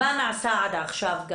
מה נעשה עד עכשיו.